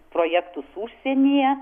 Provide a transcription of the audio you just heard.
projektus užsienyje